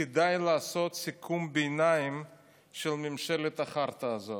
כדאי לעשות סיכום ביניים של ממשלת החרטא הזאת.